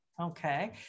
Okay